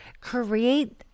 create